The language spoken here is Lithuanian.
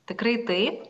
tikrai taip